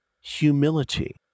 humility